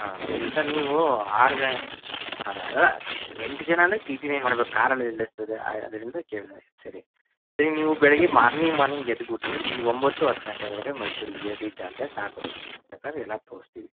ಹಾಂ ಸರಿ ಸರ್ ನೀವು ಆರು ಗ ಅದು ಅಲ್ಲ ಎಂಟು ಜನ ಅಂದರೆ ಟೀ ಟೀನೆ ಮಾಡ್ಬೇಕು ಕಾರಲ್ಲಿ ಎಲ್ಲಿ ಆಯ ಅದರಿಂದ ಕೇಳಿದೆ ಸರಿ ಈಗ ನೀವು ಬೆಳಿಗ್ಗೆ ಮಾರ್ನಿ ಮಾರ್ನಿಂಗ್ ಎದ್ದು ಬಿಟ್ಟಿ ಇಲ್ಲಿ ಒಂಬತ್ತು ಹತ್ತು ಗಂಟೆ ಒಳಗೆ ಮೈಸೂರಿಗೆ ರೀಚ್ ಆದರೆ ಸಾಕು ಸರ್ ಎಲ್ಲ ತೋರಿಸ್ತೀವಿ